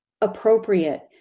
appropriate